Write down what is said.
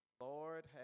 Lord